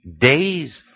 days